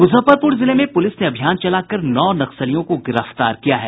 मुजफ्फरपुर जिले में पूलिस ने अभियान चलाकर नौ नक्सलियों को गिरफ्तार किया है